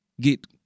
Get